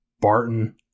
Barton